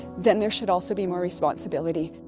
then there should also be more responsibility.